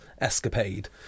escapade